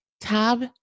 Tab